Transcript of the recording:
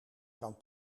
kan